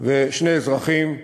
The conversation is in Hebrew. ושני אזרחים ברצועת-עזה,